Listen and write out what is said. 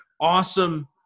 awesome